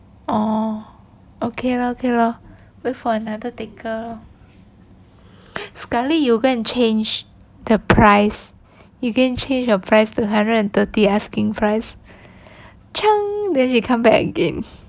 oh okay lah okay lor wait for another taker lor sekali you go and change the price you can change your price to hundred and thirty asking price cheng then they come back again